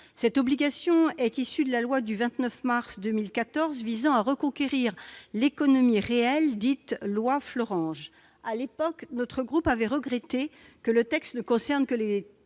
Cette obligation est issue de la loi du 29 mars 2014 visant à reconquérir l'économie réelle, dite « loi Florange ». À l'époque, notre groupe avait regretté que le texte ne concerne que les